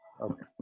Okay